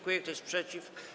Kto jest przeciw?